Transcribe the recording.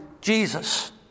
Jesus